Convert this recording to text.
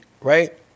Right